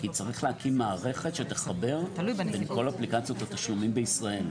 כי צריך להקים מערכת שתחבר בין כל אפליקציות התשלומים בישראל.